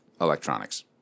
electronics